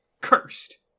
cursed